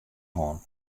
hân